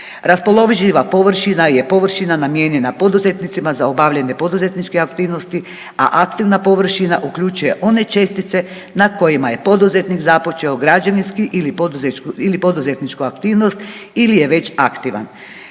Raspoloživa površina je površina namijenjena poduzetnicima za obavljanje poduzetničke aktivnosti, a aktivna površina uključuje one čestice na kojima je poduzetnik započeo građevinski ili poduzetničku aktivnost ili je već aktivan.